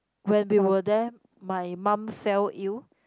when we were there my mum fell ill